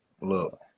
look